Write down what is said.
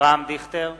אברהם דיכטר,